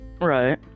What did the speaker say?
right